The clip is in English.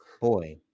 boy